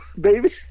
baby